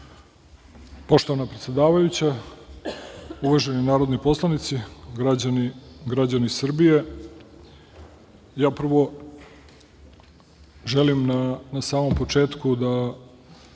Poštovana predsedavajuća, uvaženi narodni poslanici, građani Srbije, ja prvo želim na samom početku da